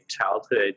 childhood